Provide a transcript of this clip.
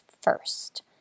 first